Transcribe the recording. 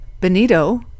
Benito